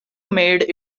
made